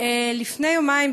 לפני יומיים,